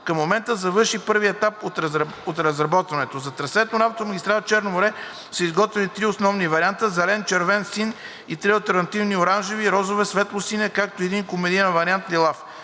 Към момента завърши първият етап от разработването. За трасето на автомагистрала „Черно море“ са изготвени три основни варианта: зелен, червен и син, и три алтернативи – оранжев, розов и светлосин, както и един комбиниран вариант – лилав.